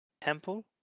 Temple